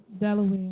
Delaware